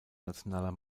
nationaler